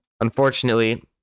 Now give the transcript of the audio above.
Unfortunately